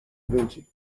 vinci